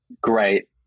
great